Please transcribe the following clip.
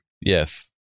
Yes